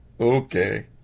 Okay